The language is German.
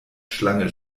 schlange